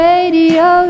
Radio